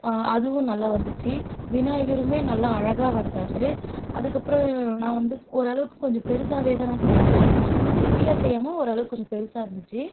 அதுவும் நல்லா வந்துச்சு விநாயகருமே நல்லா அழகாக வந்தார் அதுக்கப்புறம் நான் வந்து ஓரளவுக்கு கொஞ்சம் பெருசாகவே தான் நான் செஞ்சேன் குட்டியாக செய்யாமல் ஓரளவுக்கு கொஞ்சம் பெருசாக இருந்துச்சு